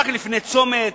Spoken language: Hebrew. רק לפני צומת,